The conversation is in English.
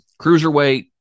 cruiserweight